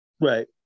Right